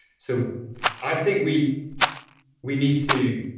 so i think we we need to